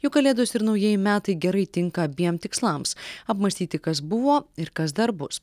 juk kalėdos ir naujieji metai gerai tinka abiem tikslams apmąstyti kas buvo ir kas dar bus